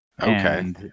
Okay